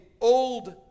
old